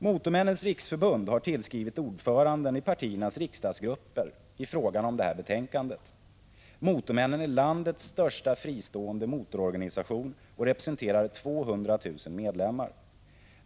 Motormännens riksförbund har tillskrivit ordförandena i partiernas riksdagsgrupper i den fråga som behandlas i detta betänkande. Motormännen är landets största fristående motororganisation och har 200 000 medlemmar.